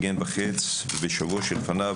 במהלך מבצע מגן וחץ ובשבוע שלפניו,